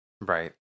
Right